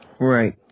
right